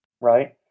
right